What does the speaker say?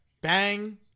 Bang